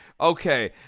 Okay